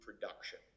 production